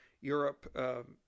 Europe